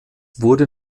wurde